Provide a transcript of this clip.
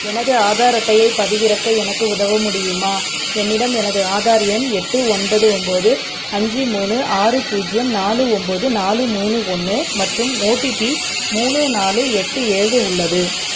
எனது ஆதார் அட்டையைப் பதிவிறக்க எனக்கு உதவ முடியுமா என்னிடம் எனது ஆதார் எண் எட்டு ஒன்பது ஒம்பது அஞ்சு மூணு ஆறு பூஜ்ஜியம் நாலு ஒம்பது நாலு மூணு ஒன்று மற்றும் ஓடிபி மூணு நாலு எட்டு ஏழு உள்ளது